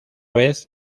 vez